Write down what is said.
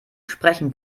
sprechen